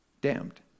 Damned